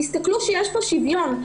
תסתכלו שיש פה שוויון.